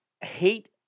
hate